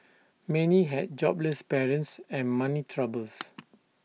many had jobless parents and money troubles